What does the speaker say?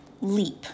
leap